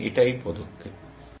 এখানে এটাই পদক্ষেপ